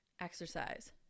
exercise